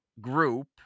group